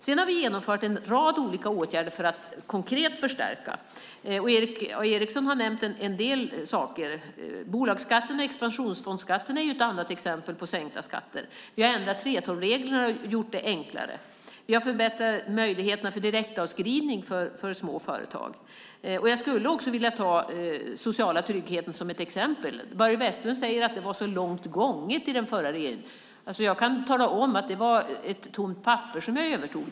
Sedan har vi vidtagit en rad olika åtgärder för att göra konkreta förstärkningar. Erik A Eriksson har nämnt en del saker. Bolagsskatten och expansionsfondsskatten är andra exempel på sänkta skatter. Vi har ändrat 3:12-reglerna och gjort det enklare. Vi har förbättrat möjligheterna för direktavskrivning för små företag. Jag skulle också vilja ta den sociala tryggheten som ett exempel. Börje Vestlund säger att detta förslag var så långt gånget i den förra regeringen. Jag kan tala om att det var ett tomt papper som jag övertog.